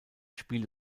spiel